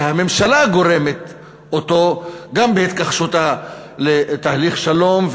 שהממשלה גורמת אותו גם בהתכחשותה לתהליך שלום,